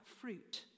fruit